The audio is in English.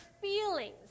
feelings